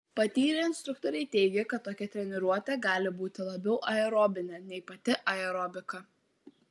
patyrę instruktoriai teigia kad tokia treniruotė gali būti labiau aerobinė nei pati aerobika